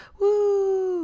Woo